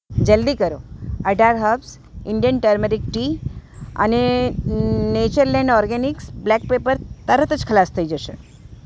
જલદી કરો અઢાર હબ્સ ઇન્ડિયન ટેર્મરિક ટી અને નેચરલેન્ડ ઓર્ગેનિક્સ બ્લેક પેપર તરત જ ખલાસ થઇ જશે